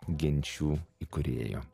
genčių įkūrėjų